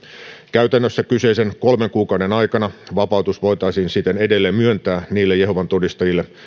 käytännössä kyseisen kolmen kuukauden aikana vapautus voitaisiin siten edelleen myöntää niille jehovan todistajille